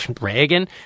reagan